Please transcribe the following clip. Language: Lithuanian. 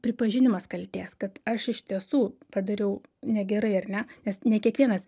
pripažinimas kaltės kad aš iš tiesų padariau negerai ar ne nes ne kiekvienas